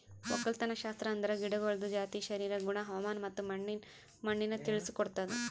ಒಕ್ಕಲತನಶಾಸ್ತ್ರ ಅಂದುರ್ ಗಿಡಗೊಳ್ದ ಜಾತಿ, ಶರೀರ, ಗುಣ, ಹವಾಮಾನ ಮತ್ತ ಮಣ್ಣಿನ ತಿಳುಸ್ ಕೊಡ್ತುದ್